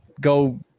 go